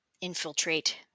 infiltrate